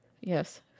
Yes